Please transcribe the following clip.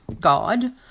God